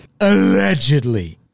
allegedly